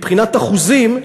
מבחינת אחוזים,